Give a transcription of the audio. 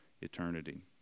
eternity